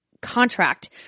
contract